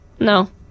No